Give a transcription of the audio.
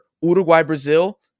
Uruguay-Brazil